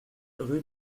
rue